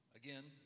again